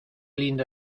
linda